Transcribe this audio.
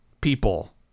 people